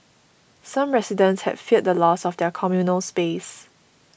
some residents had feared the loss of their communal space